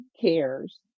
cares